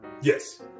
Yes